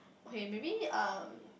okay maybe um